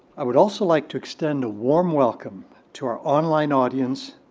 i would also like to extend a warm welcome to our online audience,